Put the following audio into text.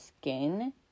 skin